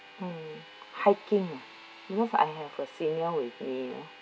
mm hiking ah you know I have a senior with me ah